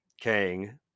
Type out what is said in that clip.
Kang